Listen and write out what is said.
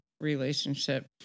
relationship